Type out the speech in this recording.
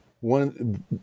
One